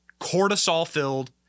cortisol-filled